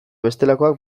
bestelakoak